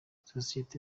sosiyete